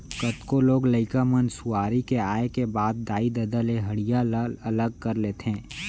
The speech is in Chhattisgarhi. कतको लोग लइका मन सुआरी के आए के बाद दाई ददा ले हँड़िया ल अलग कर लेथें